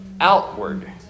outward